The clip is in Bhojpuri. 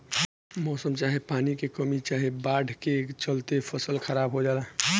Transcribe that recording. मौसम चाहे पानी के कमी चाहे बाढ़ के चलते फसल खराब हो जला